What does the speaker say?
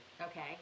okay